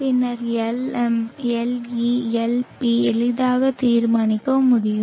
பின்னர் Lm Le Lp எளிதாக தீர்மானிக்க முடியும்